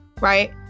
right